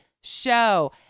show